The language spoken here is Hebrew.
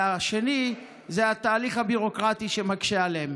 2. התהליך הביורוקרטי שמקשה עליהם.